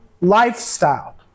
lifestyle